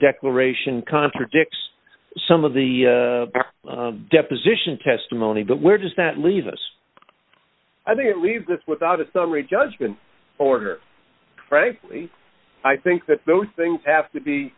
declaration contradicts some of the deposition testimony but where does that leave us i think it leaves us with out a summary judgment order frankly i think that those things have to be